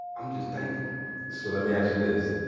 i'm just thankful so let me ask you this.